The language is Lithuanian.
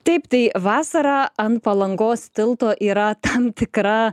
taip tai vasarą ant palangos tilto yra tam tikra